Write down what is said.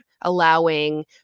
allowing